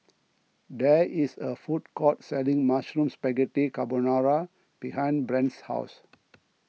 there is a food court selling Mushroom Spaghetti Carbonara behind Brent's house